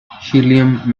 helium